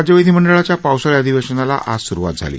राज्य विधीमंडळाच्या पावसाळी अधिवेशनाला आज सुरुवात झाली